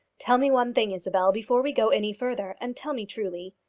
tell me one thing, isabel, before we go any further, and tell me truly.